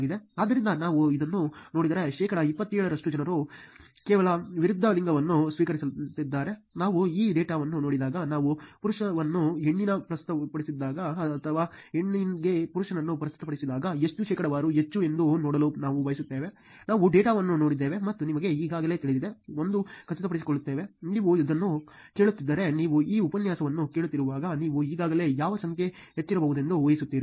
ಆದ್ದರಿಂದ ನಾವು ಇದನ್ನು ನೋಡಿದರೆ ಶೇಕಡಾ 27 ರಷ್ಟು ಜನರು ಕೇವಲ ವಿರುದ್ಧ ಲಿಂಗವನ್ನು ಸ್ವೀಕರಿಸುತ್ತಿದ್ದಾರೆ ನಾವು ಈ ಡೇಟಾವನ್ನು ನೋಡಿದಾಗ ನಾವು ಪುರುಷನನ್ನು ಹೆಣ್ಣಿಗೆ ಪ್ರಸ್ತುತಪಡಿಸಿದಾಗ ಅಥವಾ ಹೆಣ್ಣಿಗೆ ಪುರುಷನನ್ನು ಪ್ರಸ್ತುತಪಡಿಸಿದಾಗ ಎಷ್ಟು ಶೇಕಡಾವಾರು ಹೆಚ್ಚು ಎಂದು ನೋಡಲು ನಾವು ಬಯಸುತ್ತೇವೆ ನಾವು ಡೇಟಾವನ್ನು ನೋಡಿದ್ದೇವೆ ಮತ್ತು ನಿಮಗೆ ಈಗಾಗಲೇ ತಿಳಿದಿದೆ ಎಂದು ಖಚಿತಪಡಿಸಿಕೊಳ್ಳುತ್ತೇವೆ ನೀವು ಇದನ್ನು ಕೇಳುತ್ತಿದ್ದರೆ ನೀವು ಈ ಉಪನ್ಯಾಸವನ್ನು ಕೇಳುತ್ತಿರುವಾಗ ನೀವು ಈಗಾಗಲೇ ಯಾವ ಸಂಖ್ಯೆ ಹೆಚ್ಚಿರಬಹುದೆಂದು ಊಹಿಸುತ್ತೀರಿ